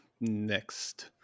Next